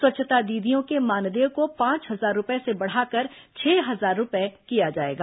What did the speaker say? स्वच्छता दीदियों के मानदेय को पांच हजार रूपये से बढ़ाकर छह हजार रूपये किया जाएगा